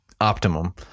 optimum